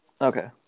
Okay